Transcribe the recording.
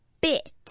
bit